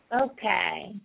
Okay